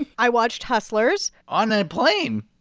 i watched hustlers. on a plane?